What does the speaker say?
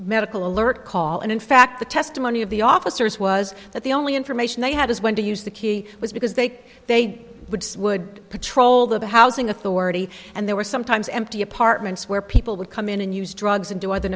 medical alert call and in fact the testimony of the officers was that the only information they had is when to use the key was because they they'd woods would patrol the housing authority and there were sometimes empty apartments where people would come in and use drugs and do other